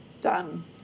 done